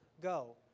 go